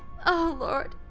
oh lord!